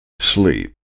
sleep